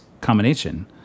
combination